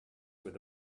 where